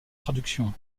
traductions